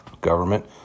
government